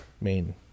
main